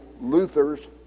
Luther's